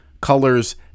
Colors